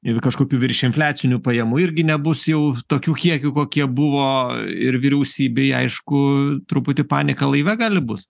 ir kažkokių virš infliacinių pajamų irgi nebus jau tokių kiekių kokie buvo ir vyriausybei aišku truputį panika laive gali būt